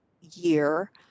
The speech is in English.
year